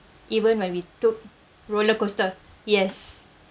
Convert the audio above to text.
even when we took rollercoaster yes